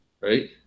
right